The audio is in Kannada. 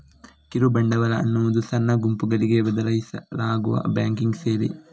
ಕಿರು ಬಂಡವಾಳ ಅನ್ನುದು ಸಣ್ಣ ಗುಂಪುಗಳಿಗೆ ಒದಗಿಸಲಾಗುವ ಬ್ಯಾಂಕಿಂಗ್ ಸೇವೆ